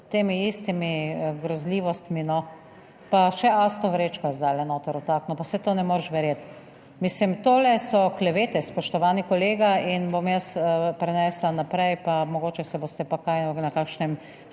temi istimi grozljivostmi, no. Pa še, a sto vrečko je zdaj noter vtaknil? Pa saj to ne moreš verjeti! Mislim, tole so klevete, spoštovani kolega, in bom jaz prenesla naprej pa mogoče se boste pa kaj na kakšnem